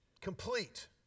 Complete